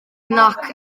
nac